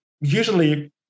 usually